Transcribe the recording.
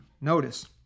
notice